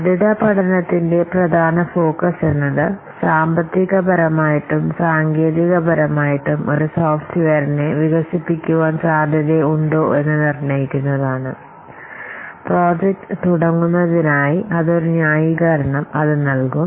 സാധ്യത പഠനത്തിന്റെ പ്രധാന ഫോക്കസ് എന്നത് അത് സാമ്പത്തികപരമായിട്ടും സാങ്കേതികപരമായിട്ടും ഒരു സോഫ്റ്റ്വെയറിനെ വികസിപ്പിക്കുവാൻ സാധ്യത ഉണ്ടോ എന്ന് നിർണയിക്കുന്നതാണ് പ്രോജക്ട് തുടങ്ങുത്തിനായി അതൊരു ന്യായീകരണം നൽകുന്നുണ്ട്